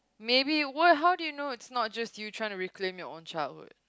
maybe what how do you know it's not just you tryna reclaim your own childhood